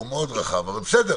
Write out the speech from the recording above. הוא מאוד רחב, אבל בסדר.